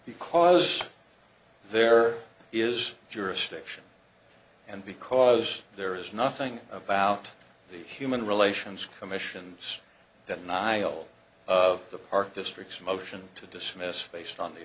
because there is jurisdiction and because there is nothing about the human relations commission is that niall of the park district motion to dismiss faced on the